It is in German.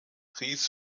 ries